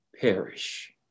perish